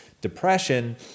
depression